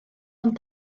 ond